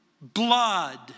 blood